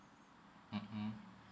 mmhmm